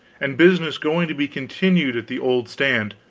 and business going to be continued at the old stand,